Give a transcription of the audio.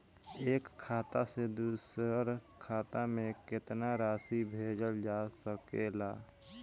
एक खाता से दूसर खाता में केतना राशि भेजल जा सके ला?